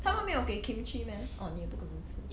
他们没有给 kimchi meh orh 你也不可能吃